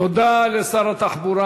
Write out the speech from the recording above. תודה לשר התחבורה.